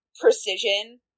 precision